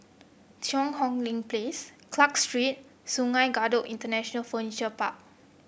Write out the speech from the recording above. Cheang Hong Lim Place Clarke Street Sungei Kadut International Furniture Park